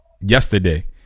yesterday